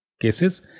cases